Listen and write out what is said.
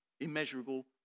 Immeasurable